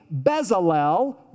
Bezalel